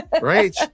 Right